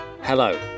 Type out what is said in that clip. Hello